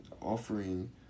offering